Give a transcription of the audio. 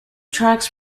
tracks